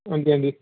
अंजी अंजी